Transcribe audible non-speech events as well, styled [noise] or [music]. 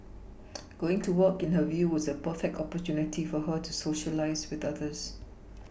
[noise] going to work in her view was a perfect opportunity for her to Socialise with others